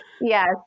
yes